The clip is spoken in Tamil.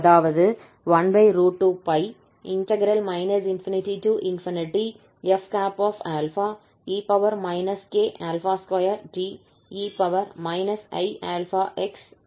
அதாவது 12π ∞f e k2te i∝xd∝ ஆகும்